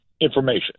information